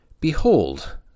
Behold